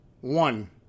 one